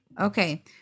Okay